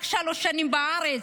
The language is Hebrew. רק שלוש שנים בארץ,